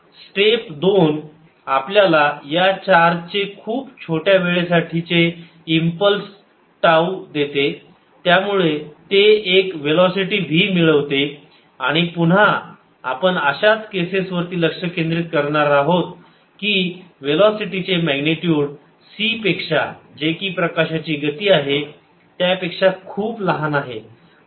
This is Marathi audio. स्टेप 2 आपल्याला या चार्ज चे खूप छोट्या वेळेसाठी चे इंपल्स टाऊ देते त्यामुळे ते एक वेलोसिटी v मिळवते आणि पुन्हा आपण अशाच केसेस वरती लक्ष केंद्रीत करणार आहोत की वेलोसिटी चे मॅग्निट्युड c पेक्षा जे की प्रकाशाची गती आहे त्यापेक्षा खूप लहान आहे